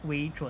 为主